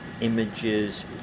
images